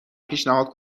پیشنهاد